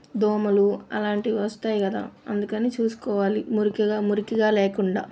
దోమలు అలాంటివి వస్తాయి కదా అందుకని చూసుకోవాలి మురికిగా మురికిగా లేకుండా